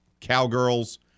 Cowgirls